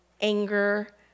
anger